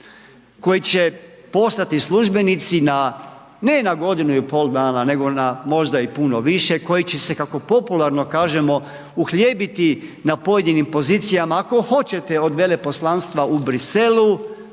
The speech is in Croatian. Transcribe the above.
koji će postati službenici na, ne na godinu i pol dana, nego na možda i puno više, koji će se kako popularno kažemo uhljebiti na pojedinim pozicijama, ako hoćete od veleposlanstva u Briselu